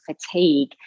fatigue